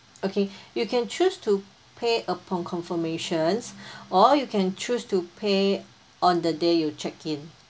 okay you can choose to pay upon confirmations or you can choose to pay on the day you check in